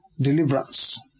Deliverance